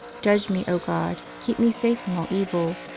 judge me, o god. keep me safe from all evil.